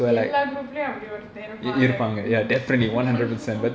எல்லாகுரூப்லயும்அப்படி ஒருத்தன்இருப்பாங்க:ella grouplayum apadi oruthan iruppanka